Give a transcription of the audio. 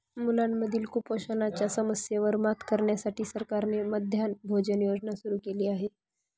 मुलांमधील कुपोषणाच्या समस्येवर मात करण्यासाठी सरकारने मध्यान्ह भोजन योजना सुरू केली आहे